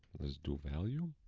let's do value.